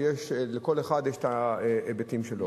שלכל אחד יש ההיבטים שלו.